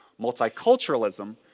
Multiculturalism